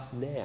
now